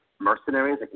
mercenaries